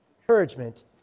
Encouragement